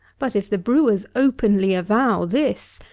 but, if the brewers openly avow this,